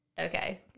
Okay